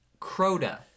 Crota